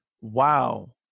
Wow